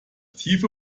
tiefe